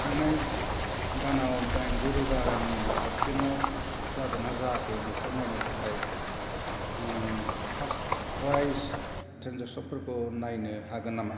थांनाय दानाव दाइनजि रोजा रांनि हरफिन्नाय जादोंना जायाखै बेखौ नायनो थाखाय फार्सक्रायस ट्रेन्जेकसनफोरखौ नायनो हागोन नामा